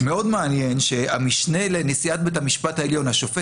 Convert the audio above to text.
מאוד מעניין שהמשנה לנשיאת בית המשפט העליון השופט